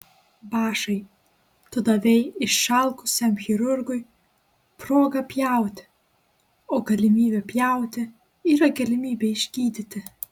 bašai tu davei išalkusiam chirurgui progą pjauti o galimybė pjauti yra galimybė išgydyti